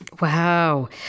Wow